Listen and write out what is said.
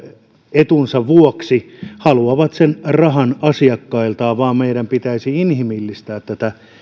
etunsa vuoksi haluavat sen rahan asiakkailtaan mutta meidän pitäisi inhimillistää